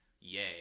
Yay